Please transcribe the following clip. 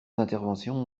interventions